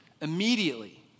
immediately